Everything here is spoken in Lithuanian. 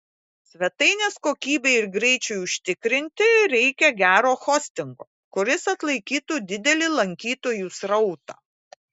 svetainės kokybei ir greičiui užtikrinti reikia gero hostingo kuris atlaikytų didelį lankytojų srautą